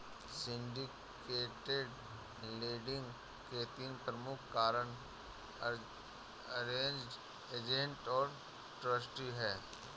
syndicated lending के तीन प्रमुख कारक अरेंज्ड, एजेंट और ट्रस्टी हैं